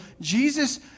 Jesus